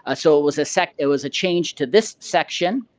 ah so, it was a sec it was a change to this section.